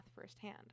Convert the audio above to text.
firsthand